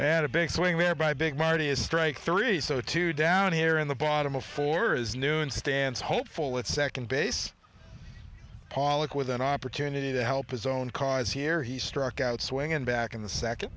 that's had a big swing there by big marty is strike three so to down here in the bottom of four is new and stands hopeful at second base pollock with an opportunity to help his own cause here he struck out swinging back in the second